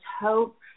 hope